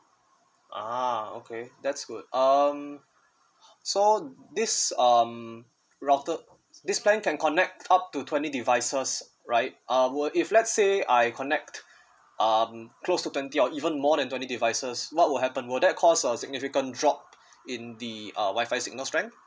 ah okay that's good um so these um router this plan can connect up to twenty devices right uh were if let's say I connect um close to twenty or even more than twenty devices what will happen will that cost a significant drop in the uh Wi-Fi signal strength